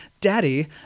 Daddy